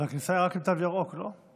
אבל הכניסה רק עם תו ירוק, לא?